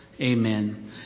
Amen